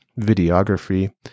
videography